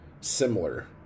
similar